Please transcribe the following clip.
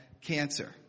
cancer